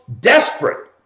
desperate